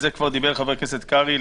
דיבר על זה חבר הכנסת קרעי,